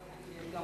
במגמה החסידית,